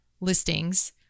listings